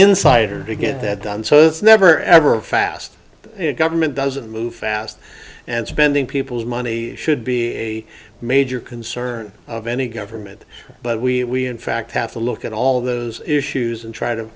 insider to get that done so it's never ever a fast government doesn't move fast and spending people's money should be a major concern of any government but we fact have to look at all those issues and try to